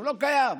לא קיים.